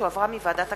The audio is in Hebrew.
שהחזירה ועדת הכספים.